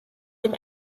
dem